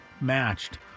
matched